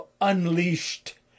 unleashed